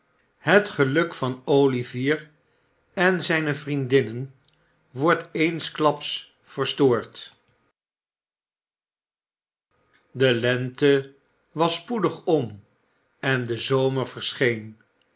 het geluk tan olivier en zijnfb vriendinnen wordt eensklaps verstoord de lente was spoedig om en de zomer verscheen